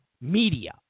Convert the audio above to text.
media